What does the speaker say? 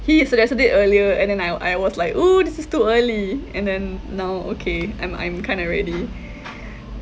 he suggested it earlier and then I I was like !woo! this is too early and then now okay I'm I'm kinda ready